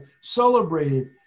celebrated